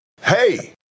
Hey